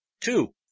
Two